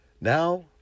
Now